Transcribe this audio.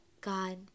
God